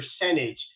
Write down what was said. percentage